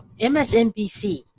MSNBC